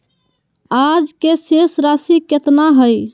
आज के शेष राशि केतना हइ?